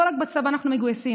לא רק בצבא אנחנו מגויסים,